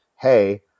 Hey